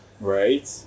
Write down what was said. right